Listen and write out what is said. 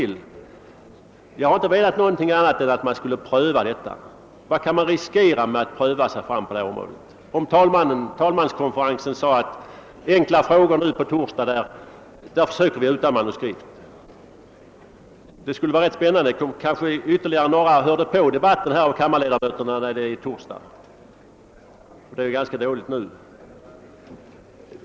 Jag har inte menat någonting annat än att man skall göra ett försök. Vad kan man riskera med att pröva sig fram på detta område? Talmanskonferensen kunde exempelvis säga att vi skall tala utan manuskript när enkla frågor besvaras på torsdag. Det skulle vara rätt spännande. Kanske skulle då ytterligare några av kammarens ledamöter komma och höra på debatten om enkla frågor — det är nu ibland ganska dåligt med den saken.